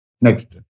Next